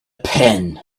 pen